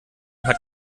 hat